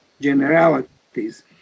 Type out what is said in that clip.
generalities